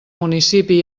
municipi